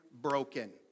broken